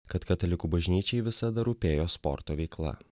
kad katalikų bažnyčiai visada rūpėjo sporto veikla